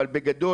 אבל בגדול,